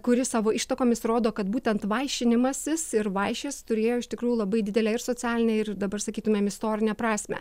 kuri savo ištakomis rodo kad būtent vaišinimasis ir vaišės turėjo iš tikrųjų labai didelę ir socialinę ir dabar sakytumėm istorinę prasmę